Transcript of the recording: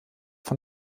von